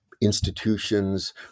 Institutions